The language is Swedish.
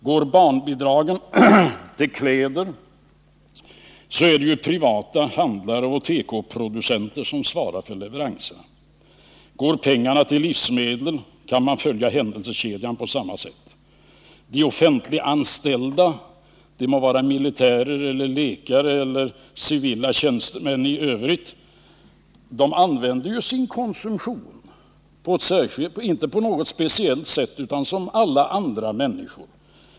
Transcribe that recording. Går barnbidragen till kläder är det privata handlare och tekoproducenter som svarar för leveranserna. Går pengarna till livsmedel kan man följa händelsekedjan på samma sätt. De offentliganställda — de må vara militärer, läkare eller civila tjänstemän i övrigt — konsumerar inte på något speciellt sätt utan som alla andra människor.